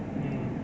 mm